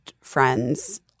friends